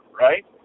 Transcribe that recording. right